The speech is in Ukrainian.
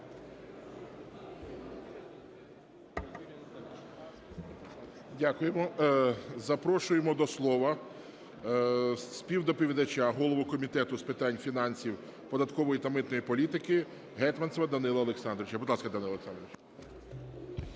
Дякуємо. Запрошуємо до слова співдоповідача голову Комітету з питань фінансів, податкової та митної політики Гетманцева Данила Олександровича.